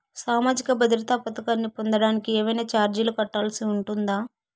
సామాజిక భద్రత పథకాన్ని పొందడానికి ఏవైనా చార్జీలు కట్టాల్సి ఉంటుందా?